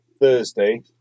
Thursday